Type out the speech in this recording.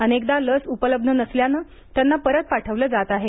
अनेकदा लस उपलब्ध नसल्यानं त्यांना परत पाठवलं जात आहे